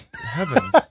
heavens